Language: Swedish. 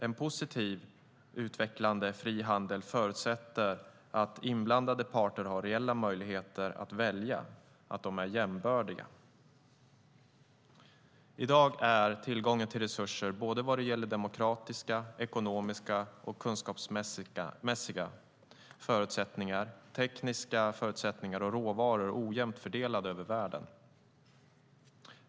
En positivt utvecklande fri handel förutsätter att inblandade parter har reella möjligheter att välja och att de är jämbördiga parter. I dag är tillgången till resurser vad gäller demokratiska, ekonomiska, kunskapsmässiga och tekniska förutsättningar samt råvaror ojämnt fördelad över världen.